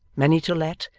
many to let,